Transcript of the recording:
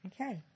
Okay